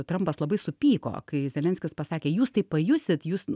trampas labai supyko kai zelenskis pasakė jūs tai pajusit jūs